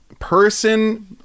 Person